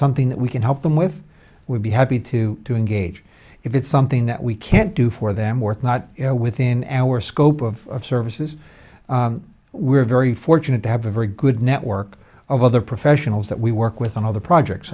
something that we can help them with we'd be happy to engage if it's something that we can't do for them or not you know within our scope of services we're very fortunate to have a very good network of other professionals that we work with other projects